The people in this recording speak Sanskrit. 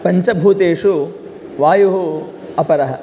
पञ्चभूतेषु वायुः अपरः